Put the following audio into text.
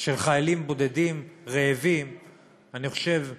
של חיילים בודדים רעבים אני חושב שחלק,